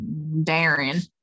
Darren